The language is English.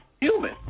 human